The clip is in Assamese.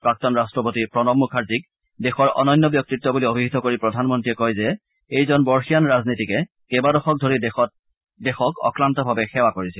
প্ৰাক্তন ৰাট্টপতি প্ৰণৱ মুখাৰ্জীক দেশৰ অনন্য ব্যক্তিত্ব বুলি অভিহিত কৰি প্ৰধানমন্ত্ৰীয়ে কয় যে এইজন বৰ্ষীয়ান ৰাজনৈতিকে কেইবাদশক ধৰি দেশক অক্লান্তভাৱে সেৱা কৰিছিল